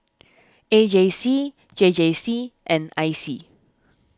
A G C J J C and I C